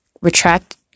retract